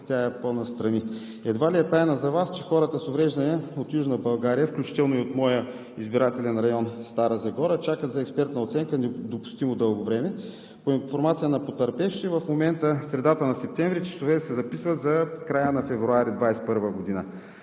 тя е по-настрани. Едва ли е тайна за Вас, че хората с увреждания от Южна България, включително и от моя избирателен район – Стара Загора, чакат за експертна оценка недопустимо дълго време. По информация на потърпевшите в момента – средата на месец септември, часове се записват за края на месец февруари 2021 г.